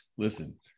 Listen